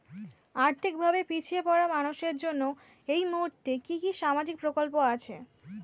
আর্থিক ভাবে পিছিয়ে পড়া মানুষের জন্য এই মুহূর্তে কি কি সামাজিক প্রকল্প আছে?